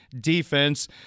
defense